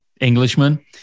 englishman